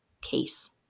case